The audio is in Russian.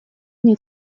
мне